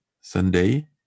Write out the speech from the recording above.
Sunday